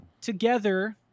together